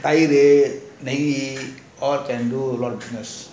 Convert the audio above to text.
தயிர் ணெய்:thayiru naei all can do lot of